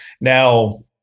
Now